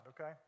okay